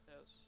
Yes